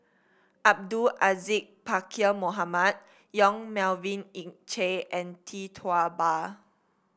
Abdul Aziz Pakkeer Mohamed Yong Melvin Yik Chye and Tee Tua Ba